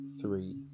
three